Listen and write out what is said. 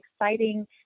exciting